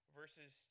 verses